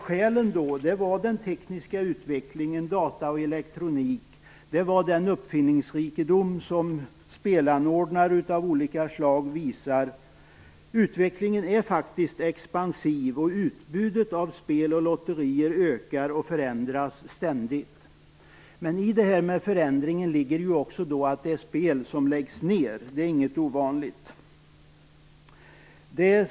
Skälen då var den tekniska utvecklingen; datorer och elektronik. Det var också den uppfinningsrikedom som spelanordnare av olika slag visar. Utvecklingen är faktiskt expansiv, och utbudet av spel och lotterier ökar och förändras ständigt. Men i förändringen ligger också att det finns spel som läggs ned. Det är inget ovanligt.